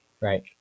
Right